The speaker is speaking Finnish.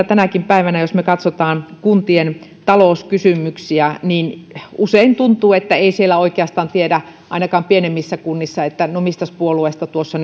tänäkin päivänä jos me katsomme kuntien talouskysymyksiä usein tuntuu että ei siellä oikeastaan tiedä ainakaan pienemmissä kunnissa että mistäs puolueesta tuossa